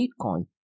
bitcoin